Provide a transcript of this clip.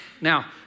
Now